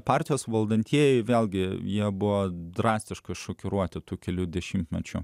partijos valdantieji vėlgi jie buvo drastiškai šokiruoti tų kelių dešimtmečių